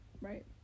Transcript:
Right